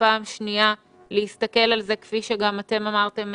ופעם שנייה להסתכל על זה כפי שגם אתם אמרתם,